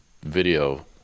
video